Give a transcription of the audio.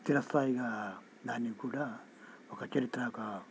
చిరస్థాయిగా దాన్ని కూడా ఒక చరిత్ర ఒక